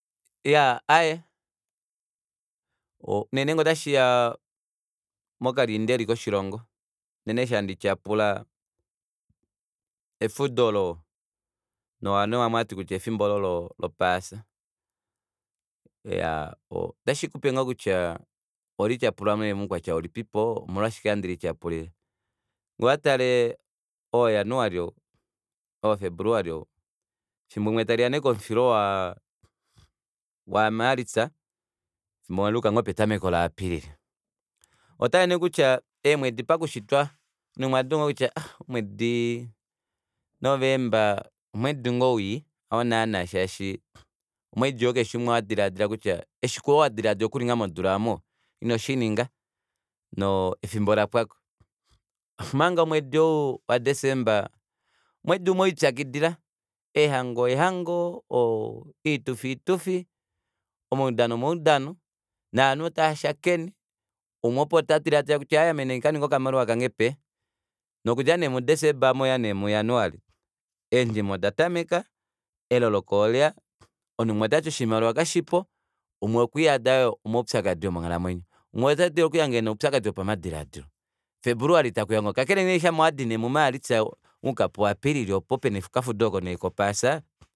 Iyaa aaye unene ngee otashiya moka liita koshilongo unene osho handi tyapula efudo olo ovanhu vamwe ohavati efimbo olo lo paasa iyaa otashikupe ngoo kutya oholityapula moukwatya ulipipo omolwashike handi lityapulile ngee owatale oo ojanuali oo febuluali efimbo limwe taliya nee komufilo wa martsa shoo tashiye nee ketameko la april ohotale nee kutya eemwedi pakushitwa omunhu umwe ohatongo nee kutya omwedi november omwedi ngoo wii ha naana shaashi omwedi oo keshe umwe hadi laadila kutya osho kwali wadilaadila okuninga modula aamo inoshininga noo efimbo olapwako omanga omwedi ou wa december omwedi umwe welipyakidila eehango eehango oitufi oitufi omaudano omaudano novanhu otava shakene umwe opo tadilaadila kutya aaye ame nandi kaninge okamaliwa kange pee nokudja nee mu december omo ohaya nee muu januali eendima oda tameka eloloko oleya omunhu umwe otati oshimaliwa kashipo umwe okweliyada yoo omaupyakadi omonghalamwenyo umwe otadulu okulihanga ena oupyakadi wopamadilaadilo februali teya kakele nee shama wadi nee mu malitsa wayuka ku apilili opo pena okafudo oko nee kopaasa